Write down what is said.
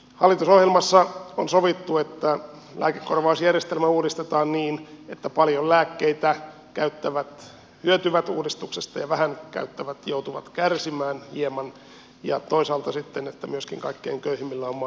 hallitusohjelmassa on sovittu että lääkekorvausjärjestelmä uudistetaan niin että paljon lääkkeitä käyttävät hyötyvät uudistuksesta ja vähän käyttävät joutuvat kärsimään hieman ja toisaalta sitten myöskin kaikkein köyhimmillä on mahdollisuus selvitä